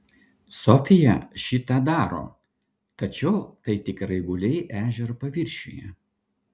sofija šį tą daro tačiau tai tik raibuliai ežero paviršiuje